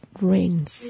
rains